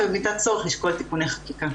ובמקרה הצורך לשקול תיקוני חקיקה.